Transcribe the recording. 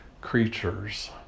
creatures